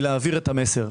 כדי להעביר את המסר.